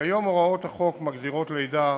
כיום הוראות החוק מגדירות לידה,